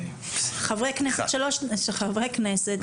חברי כנסת, שלוש דקות.